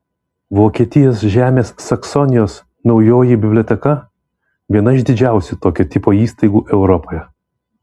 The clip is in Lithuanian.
vokietijos žemės saksonijos naujoji biblioteka viena iš didžiausių tokio tipo įstaigų europoje